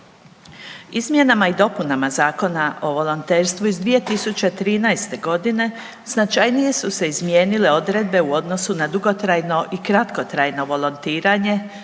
Izmjenama i dopunama Zakona o volonterstvu iz 2013.g. značajnije su se izmijenile odredbe u odnosu na dugotrajno i kratkotrajno volontiranje,